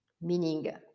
meaning